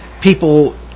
people –